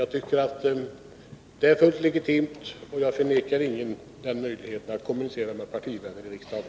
Jag tycker att det är fullt legitimt, och jag förmenar ingen den möjligheten att kommunicera med partivänner i riksdagen.